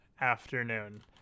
afternoon